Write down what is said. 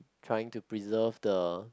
trying to preserve the